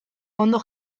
ondo